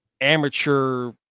amateur